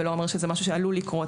ולא אומר שזה משהו שעלול לקרות.